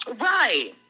right